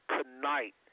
Tonight